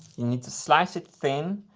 you need to slice it thin,